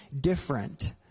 different